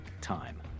time